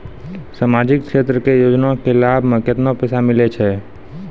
समाजिक क्षेत्र के योजना के लाभ मे केतना पैसा मिलै छै?